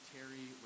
Terry